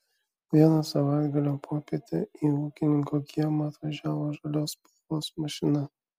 vieną savaitgalio popietę į ūkininko kiemą atvažiavo žalios spalvos mašina